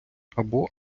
або